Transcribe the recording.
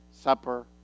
supper